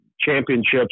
championships